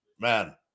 Man